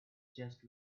chest